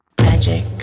Magic